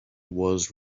was